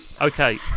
Okay